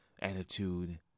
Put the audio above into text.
attitude